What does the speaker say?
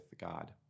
God